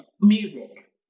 Music